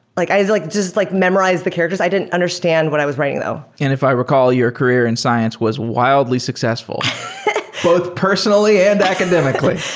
like like just like memorize the characters. i didn't understand what i was writing though. and if i recall, your career in science was widely successful both personally and academically.